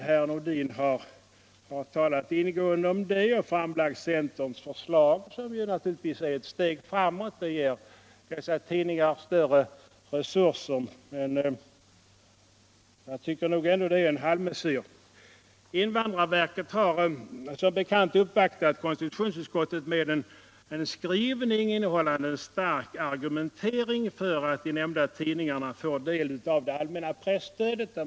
Herr Nordin har talat ingående om det och framlagt centerns förslag, som naturligtvis är ett steg framåt. Det ger dessa tidningar större resurser, men jag tycker ändå att det är en halvmesyr. Invandrarverket har som bekant uppvaktat konstitutionsutskottet med en skrivelse, innehållande en stark argumentering för att de nämnda tidningarna bör få del av det allmänna presstödet.